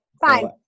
Fine